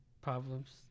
problems